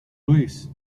louis